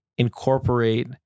incorporate